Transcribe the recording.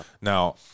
now